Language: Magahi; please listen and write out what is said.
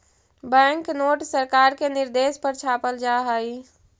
बैंक नोट सरकार के निर्देश पर छापल जा हई